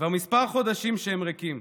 כבר כמה חודשים שהם ריקים.